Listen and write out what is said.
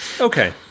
Okay